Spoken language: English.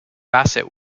bassett